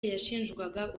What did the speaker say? yashinjwaga